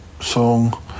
song